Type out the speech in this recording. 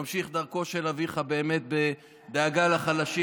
אתה ממשיך דרכו של אביך בדאגה לחלשים.